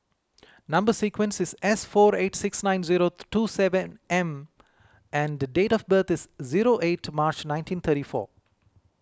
Number Sequence is S four eight six nine zero two seven M and date of birth is zero eight March nineteen thirty four